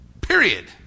period